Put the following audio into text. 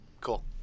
Cool